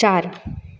चार